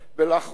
ולאחרונה,